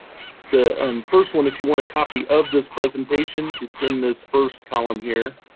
the um first one, if you want a copy of this presentation, it's in this first column here.